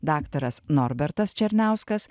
daktaras norbertas černiauskas